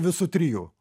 visų trijų